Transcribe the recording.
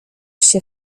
się